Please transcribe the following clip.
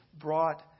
brought